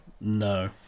no